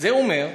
זה אומר,